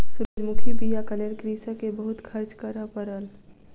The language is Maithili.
सूरजमुखी बीयाक लेल कृषक के बहुत खर्च करअ पड़ल